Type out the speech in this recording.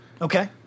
Okay